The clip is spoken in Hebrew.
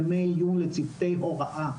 ימי עיון לצוותי הוראה,